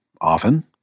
often